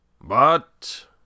But